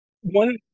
One